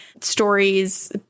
stories